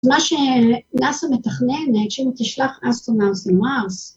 מה שנאס"א מתכננת כשהיא תשלח אסטרונאוטס למארס